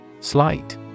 Slight